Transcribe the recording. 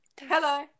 Hello